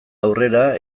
aurrera